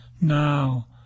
now